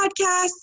podcasts